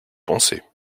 pensé